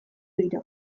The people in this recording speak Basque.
dira